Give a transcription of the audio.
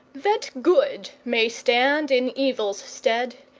that good may stand in evil's stead,